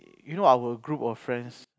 you know our group of friends